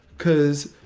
cause